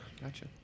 gotcha